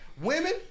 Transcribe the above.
Women